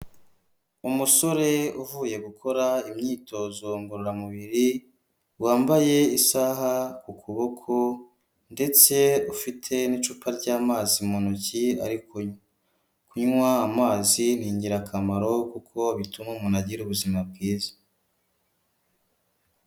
Umusore uvuye gukora imyitozo ngororamubiri, wambaye isaha ku kuboko ndetse ufite n'icupa ry'amazi mu ntoki ariko kunywa, kunywa amazi ni ingirakamaro kuko bituma umuntu agira ubuzima bwiza.